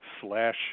slash